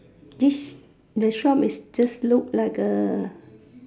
this the shop is just look like A